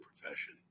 profession